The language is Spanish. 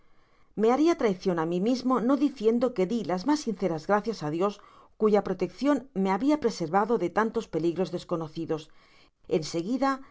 me haria traicion á si mismo no diciendo que di las mas sinceras gracias á dios cuya proteccion me habia preservado de tantos peligros desconocidos en